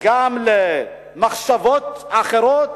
גם למחשבות אחרות,